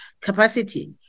capacity